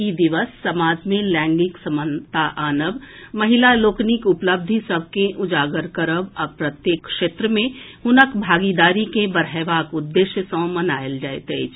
ई दिवस समाज मे लैंगिक समानता आनब महिला लोकनिक उपलब्धि सभ के उजागर करब आ प्रत्येक क्षेत्र मे हुनक भागीदारी के बढ़एबाक उद्देश्य सँ मनाओल जाइत अछि